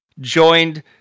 joined